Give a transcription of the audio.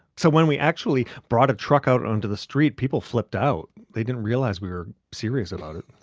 so when we actually brought a truck out onto the street, people flipped out. they didn't realize we were serious about it.